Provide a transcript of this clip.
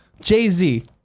Jay-Z